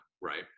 right